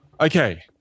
okay